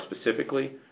specifically